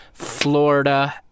Florida